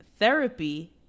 Therapy